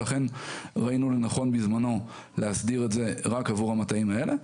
ולכן ראינו לנכון בזמנו להסדיר את זה רק עבור המטעים האלה.